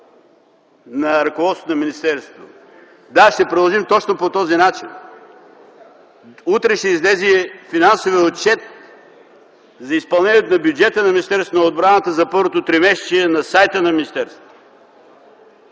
на ръководството на министерството. Да, ще продължим точно по този начин. Утре Финансовият отчет за изпълнението на бюджета на Министерството на отбраната за първото тримесечие ще излезе на сайта на министерството.